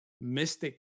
mystic